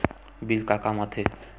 Bill का काम आ थे?